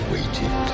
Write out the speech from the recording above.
Waited